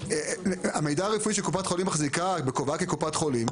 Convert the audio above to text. המידע הרפואי שקופת חולים מחזיקה בכובעה כקופת חולים,